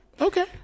okay